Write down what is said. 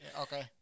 Okay